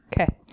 Okay